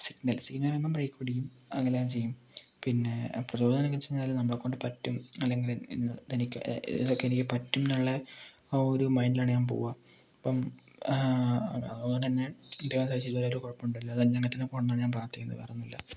signal signal വീഴുമ്പോൾ brake പിടിക്കും അതെല്ലാം ചെയ്യും പിന്നെ അപ്പം റോള് എന്ത് ആണെന്ന് വച്ചാലും നമ്മളെ കൊണ്ട് പറ്റും അല്ലങ്കിലും ഇ ഇതെക്കെ ഇതൊക്കെ എനിക്ക് പറ്റുംന്നൊള്ള ആ ഒരു മൈൻഡിലാണ് ഞാൻ പോകുക അപ്പം അതുകൊണ്ട് ഞാൻ അത്യാവശ്യം വേറെ കുഴപ്പമൊന്നുല്ല ഇങ്ങനെത്തന്നെ പോവാൻ വേണ്ടി പ്രാർത്ഥിക്കുവാണ് വേറെ ഒന്നുമില്ല